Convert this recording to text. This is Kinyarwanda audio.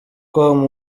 com